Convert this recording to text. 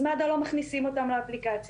אז מד"א לא מכניסים אותם לאפליקציה.